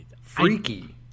freaky